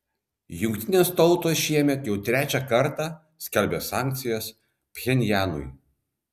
jungtinės tautos šiemet jau trečią kartą skelbia sankcijas pchenjanui